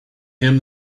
him